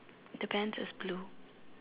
the pants has blue